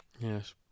Yes